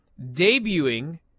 debuting